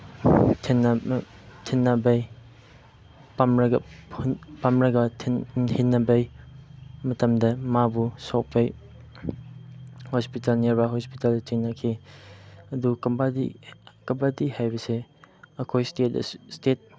ꯊꯤꯟꯅꯕꯒꯤ ꯄꯝꯂꯕ ꯄꯝꯂꯕ ꯊꯤꯟꯅꯕꯒꯤ ꯃꯇꯝꯗ ꯃꯥꯕꯨ ꯁꯣꯛꯄꯒꯤ ꯍꯣꯁꯄꯤꯇꯥꯜ ꯌꯧꯕꯒꯤ ꯍꯣꯁꯄꯤꯇꯥꯜꯗ ꯊꯦꯡꯅꯈꯤ ꯑꯗꯨꯒ ꯀꯕꯥꯗꯤ ꯍꯥꯏꯕꯁꯤ ꯑꯩꯈꯣꯏ